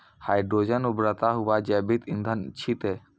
hydrogen उभरता हुआ जैविक इंधन छिकै